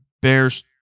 Bears